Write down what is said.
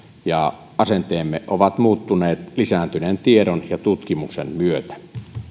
ja asenteemme ovat muuttuneet lisääntyneen tiedon ja tutkimuksen myötä